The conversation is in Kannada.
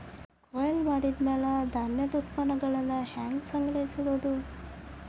ಕೊಯ್ಲು ಮಾಡಿದ ಮ್ಯಾಲೆ ಧಾನ್ಯದ ಉತ್ಪನ್ನಗಳನ್ನ ಹ್ಯಾಂಗ್ ಸಂಗ್ರಹಿಸಿಡೋದು?